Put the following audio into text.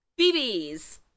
BBs